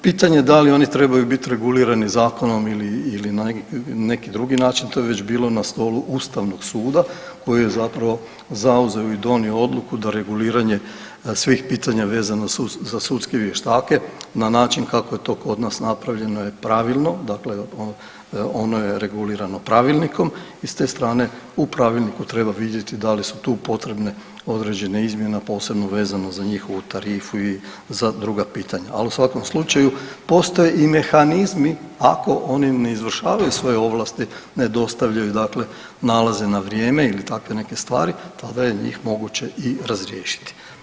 Pitanje da li oni trebaju bit regulirani zakonom ili, ili na neki drugi način, to je već bilo na stolu ustavnog suda koji je zapravo zauzeo i donio odluku da reguliranje svih pitanja vezano za sudske vještake na način kako je to kod nas napravljeno je pravilno, dakle ono je regulirano pravilnikom i s te strane u pravilniku treba vidjeti da li su tu potrebne određene izmjene, a posebno vezano za njihovu tarifu i za druga pitanja, al u svakom slučaju postoje i mehanizmi ako oni ne izvršavaju svoje ovlasti, ne dostavljaju dakle nalaze na vrijeme ili takve neke stvari tada je njih moguće i razriješiti.